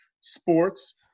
sports